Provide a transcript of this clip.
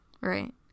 Right